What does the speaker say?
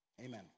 amen